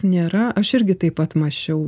nėra aš irgi taip pat mąsčiau